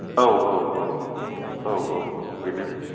औ औ औ औ औ बेनो बेनो